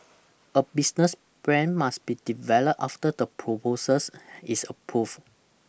a business plan must be developed after the proposals is approved